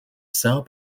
cell